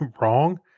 wrong